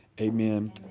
amen